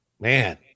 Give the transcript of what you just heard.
man